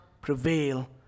prevail